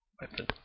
weapon